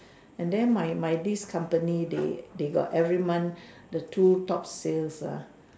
and then my my this company the the give everyone the two top sales